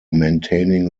maintaining